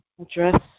Address